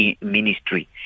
ministry